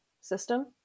system